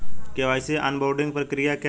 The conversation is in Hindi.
के.वाई.सी ऑनबोर्डिंग प्रक्रिया क्या है?